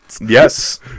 Yes